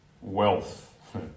wealth